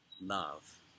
love